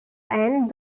and